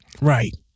Right